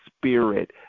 spirit